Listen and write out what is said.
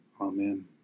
Amen